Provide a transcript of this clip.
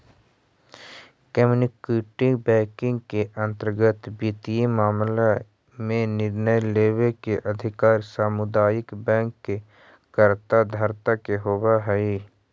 community banking के अंतर्गत वित्तीय मामला में निर्णय लेवे के अधिकार सामुदायिक बैंक के कर्ता धर्ता के होवऽ हइ